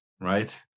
right